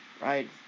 Right